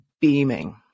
beaming